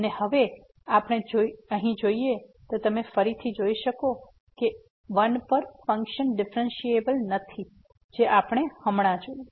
અને હવે આપને અહી જોઈએ તો તમે ફરીથી જોઈ શકો છો કે ૧ પર ફંક્શન ડીફ્રેન્સીએબલ નથી જે આપણે હમણાં જોયું